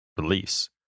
release